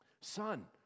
Son